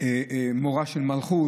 מורא של מלכות,